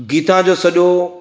गीता जो सॼो